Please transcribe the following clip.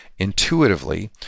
Intuitively